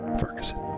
Ferguson